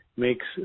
makes